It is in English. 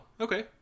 okay